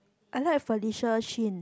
I like Felicia Chin